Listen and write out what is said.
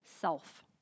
self